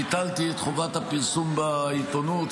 ביטלתי את חובת הפרסום בעיתונות,